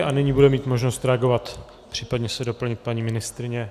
A nyní bude mít možnost reagovat, případně se doplnit paní ministryně.